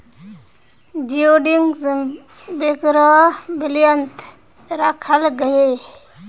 जिओडेक्स वगैरह बेल्वियात राखाल गहिये